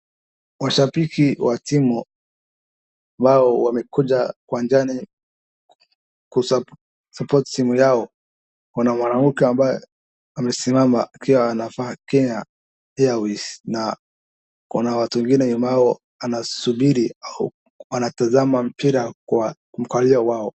Washabiki wa timu ambao wamekuja uwanjani kusupport timu yao, kuna mwanamke amesimama akiwa anavaa Kenya airways na kuna watu wegine nyuma yao wanasubiri au wanatazama mpira kwa mkalio wao.